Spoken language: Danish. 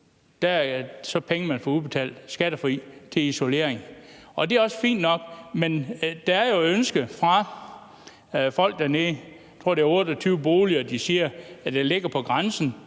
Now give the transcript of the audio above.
er så penge, som man får udbetalt skattefrit til isolering, og det er også fint nok. Men der er jo et ønske fra folk dernede – jeg tror, det er 28 boliger de siger der ligger på grænsen